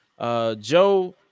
Joe